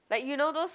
like you know those